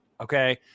okay